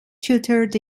tutored